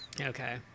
Okay